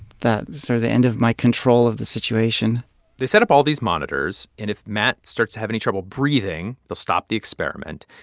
that's sort of the end of my control of the situation they set up all these monitors. and if matt starts have any trouble breathing, they'll stop the experiment.